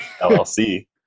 LLC